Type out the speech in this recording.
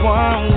one